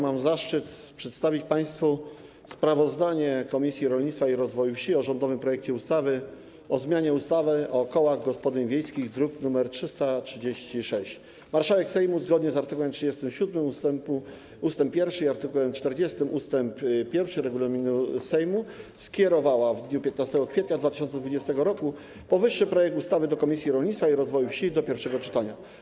Mam zaszczyt przedstawić państwu sprawozdanie Komisji Rolnictwa i Rozwoju Wsi o rządowym projekcie ustawy o zmianie ustawy o kołach gospodyń wiejskich, druk nr 336. Marszałek Sejmu, zgodnie z art. 37 ust. 1 i art. 40 ust. 1 regulaminu Sejmu, skierowała w dniu 15 kwietnia 2020 r. powyższy projekt ustawy do Komisji Rolnictwa i Rozwoju Wsi do pierwszego czytania.